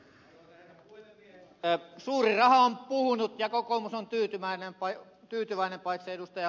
suuri raha on puhunut ja kokoomus on tyytyväinen paitsi ed